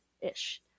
Ish